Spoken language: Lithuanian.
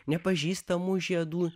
nepažįstamų žiedų